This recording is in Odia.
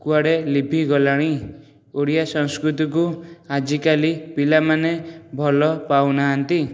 କୁଆଡ଼େ ଲିଭି ଗଲାଣି ଓଡ଼ିଆ ସଂସ୍କୃତିକୁ ଆଜିକାଲି ପିଲାମାନେ ଭଲ ପାଉନାହାନ୍ତି